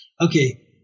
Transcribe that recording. Okay